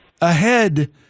ahead